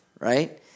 right